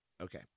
Okay